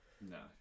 No